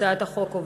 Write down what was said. התשע"ג 2013,